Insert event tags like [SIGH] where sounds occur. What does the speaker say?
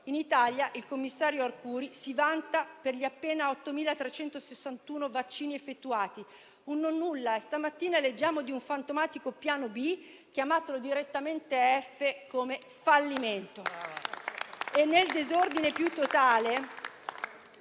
in Italia il commissario Arcuri si vanta per gli appena 8.361 vaccini effettuati: un nonnulla. Stamattina leggiamo di un fantomatico piano B: chiamatelo direttamente piano F, come fallimento. [APPLAUSE] E nel disordine più totale,